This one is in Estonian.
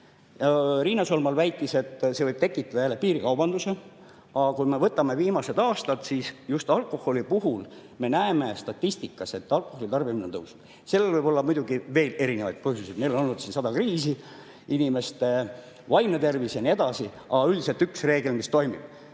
Riina Solman väitis, et see võib tekitada jälle piirikaubanduse. Aga kui me võtame viimased aastad, siis just alkoholi puhul me näeme statistikast, et alkoholi tarbimine on tõusnud. Sellel võib olla muidugi veel erinevaid põhjuseid. Meil on olnud siin sada kriisi, inimeste vaimne tervis [kannatab] ja nii edasi. Aga üldiselt üks reegel, mis toimib,